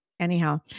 Anyhow